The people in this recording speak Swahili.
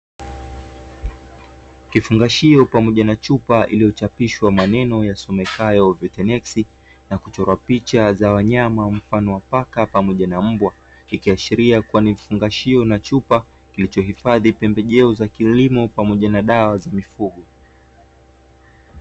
Kifungashio pamoja na chupa iliyochapishwa maneno yasomekayo 'viteneksi'na kuchorwa picha za wanyama mfano wa paka pamoja na mbwa, ikiashiria kuwa ni vifungashio na chupa, kilicho hifadhi pembejeo za kilimo pamoja na dawa za mifugo.